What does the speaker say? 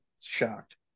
shocked